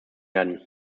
werden